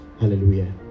Hallelujah